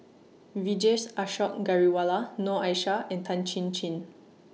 Vijesh Ashok Ghariwala Noor Aishah and Tan Chin Chin